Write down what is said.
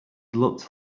looked